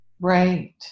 Right